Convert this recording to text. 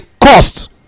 cost